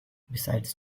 besides